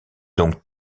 donc